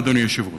אדוני היושב-ראש,